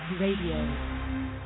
Radio